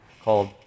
called